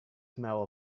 smell